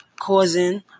causing